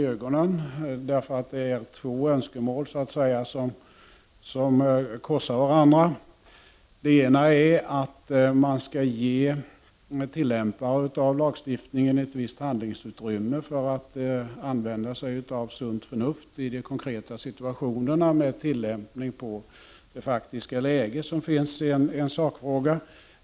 Det är nämligen två önskemål som korsar varandra. Det ena önskemålet är att man skall ge dem som tillämpar lagstiftningen ett visst handlingsutrymme och möjlighet att använda sunt förnuft i de konkreta situationerna och göra tillämpningar i det faktiska läget i en sakfråga.